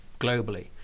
globally